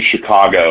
Chicago